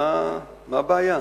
מה הבעיה?